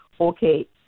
okay